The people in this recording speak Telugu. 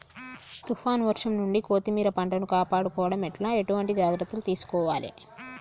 తుఫాన్ వర్షం నుండి కొత్తిమీర పంటను కాపాడుకోవడం ఎట్ల ఎటువంటి జాగ్రత్తలు తీసుకోవాలే?